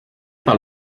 par